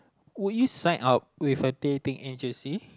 would you sign up with a dating agency